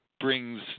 brings